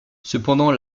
cependant